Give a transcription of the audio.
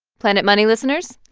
planet money listeners,